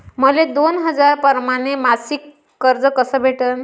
मले दोन हजार परमाने मासिक कर्ज कस भेटन?